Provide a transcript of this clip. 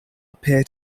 appear